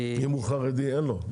אם הוא חרדי, אין לו.